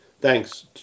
Thanks